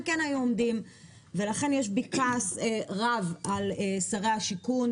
כן היו עומדים ולכן יש בי כעס רב על שרי השיכון,